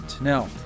Now